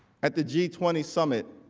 at the g twenty summit